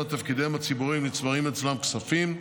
תפקידיהם הציבוריים נצברים אצלם כספים,